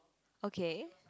okay